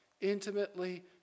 intimately